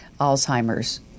Alzheimer's